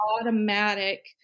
automatic